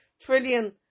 trillion